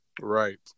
right